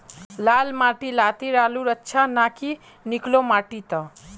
लाल माटी लात्तिर आलूर अच्छा ना की निकलो माटी त?